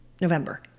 November